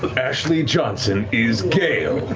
ashley johnson is gale,